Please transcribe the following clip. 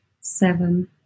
seven